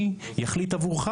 אני אחליט עבורך?